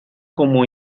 como